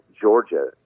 Georgia